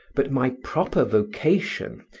but my proper vocation,